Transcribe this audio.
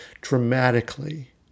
dramatically